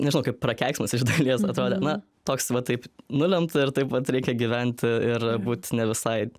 nežinau kaip prakeiksmas iš dalies atrodė na toks va taip nulemta ir taip va reikia gyventi ir būti ne visai